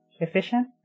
efficient